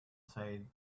said